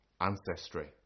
ancestry